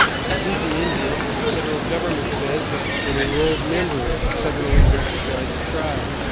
for who's an indian, the federal government says an enrolled member of a federally-recognized tribe,